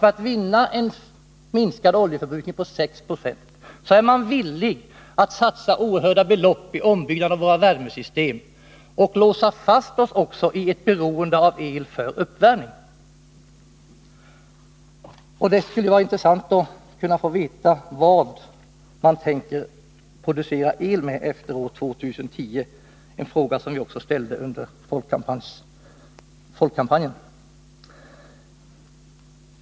För att vinna en minskad oljeförbrukning på 6 26 är man alltså villig att satsa oerhörda belopp för ombyggnad av våra värmesystem och låsa fast oss i ett system med el för uppvärmning. Det skulle vara intressant att veta vad man tänker producera el med efter år 2010 — en fråga som också ställdes under folkkampanjen.